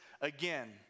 again